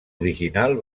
original